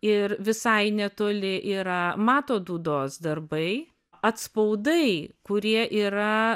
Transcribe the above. ir visai netoli yra mato dūdos darbai atspaudai kurie yra